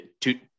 two